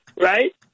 Right